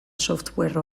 software